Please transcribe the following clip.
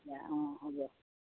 অঁ হ'ব